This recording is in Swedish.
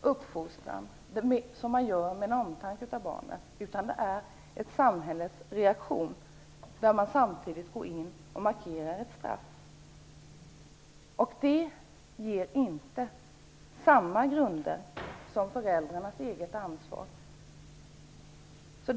uppfostran med omtanke om barnet utan samhällets reaktion där man samtidigt markerar ett straff. Det ger inte samma grunder som föräldrarnas eget ansvar.